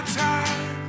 time